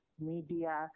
media